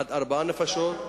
עד ארבעה נפשות,